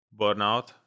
burnout